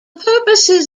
purposes